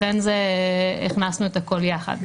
לכן הכנסנו את הכול יחד.